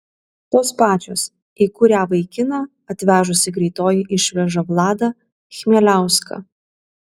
tos pačios į kurią vaikiną atvežusi greitoji išveža vladą chmieliauską